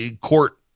court